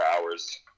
hours